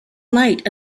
night